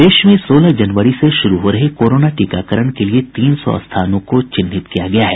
प्रदेश में सोलह जनवरी से शुरू हो रहे कोरोना टीकाकरण के लिए तीन सौ स्थानों को चिन्हित किया गया है